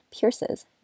pierces